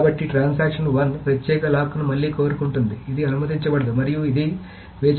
కాబట్టి ట్రాన్సాక్షన్ 1 ప్రత్యేక లాక్ను మళ్లీ కోరుకుంటుంది ఇది అనుమతించబడదు మరియు ఇది వేచి ఉంటుంది